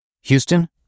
Houston